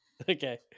okay